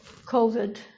COVID